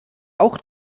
auch